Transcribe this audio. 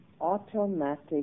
automatic